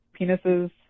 penises